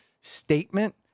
statement